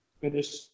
Finish